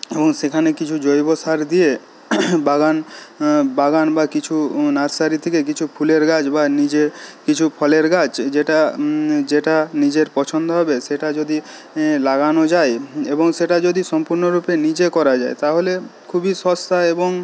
এবং সেখানে কিছু জৈব সার দিয়ে বাগান বাগান বা কিছু নার্সারি থেকে কিছু ফুলের গাছ বা নিজের কিছু ফলের গাছ যেটা যেটা নিজের পছন্দ হবে সেটা যদি লাগানো যায় এবং সেটা যদি সম্পূর্ণ রূপে নিজে করা যায় তাহলে খুবই সস্তা এবং